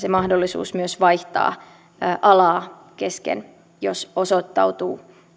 mahdollisuus myös vaihtaa alaa kesken jos osoittautuu